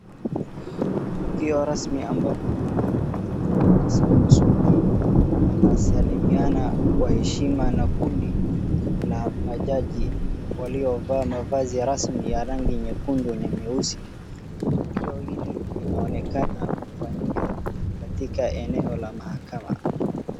Tukio rasmi ambapo mtu mmoja mwenye suti anasalimiana kwa heshima na kundi la majaji waliovaa mavazi rasmi ya rangi nyekundu na nyeusi. Tukio hili linaonekana kufanyika katika eneo la mahakama.